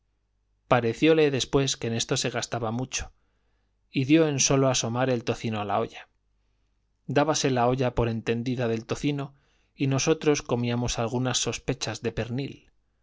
tocino parecióle después que en esto se gastaba mucho y dio en sólo asomar el tocino a la olla dábase la olla por entendida del tocino y nosotros comíamos algunas sospechas de pernil